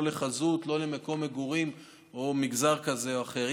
לא לחזות ולא למקום מגורים או למגזר כזה או אחר.